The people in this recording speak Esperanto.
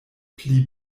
pli